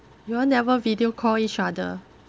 you all never video call each other